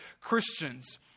Christians